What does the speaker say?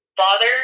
father